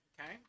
Okay